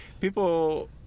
people